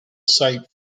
site